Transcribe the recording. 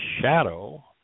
shadow